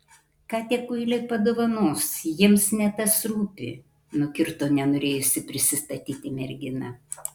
ką tie kuiliai padovanos jiems ne tas rūpi nukirto nenorėjusi prisistatyti mergina